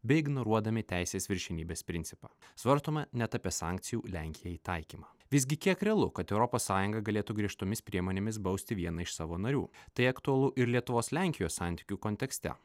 bei ignoruodami teisės viršenybės principą svarstoma net apie sankcijų lenkijai taikymą visgi kiek realu kad europos sąjunga galėtų griežtomis priemonėmis bausti vieną iš savo narių tai aktualu ir lietuvos lenkijos santykių kontekste